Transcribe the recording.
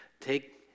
Take